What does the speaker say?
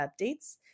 updates